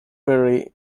perry